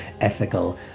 ethical